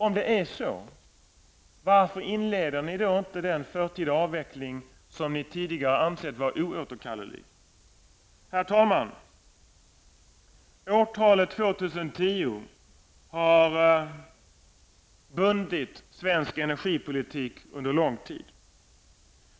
Om det är så, varför inleder ni då inte den förtida avveckling som ni tidigare har ansett vara oåterkallelig? Herr talman! Årtalet år 2010 har bundit svensk energipolitik under lång tid.